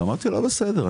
אמרתי לו בסדר,